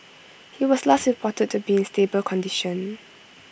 he was last reported to be in stable condition